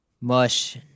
Mush